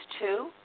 two